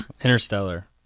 Interstellar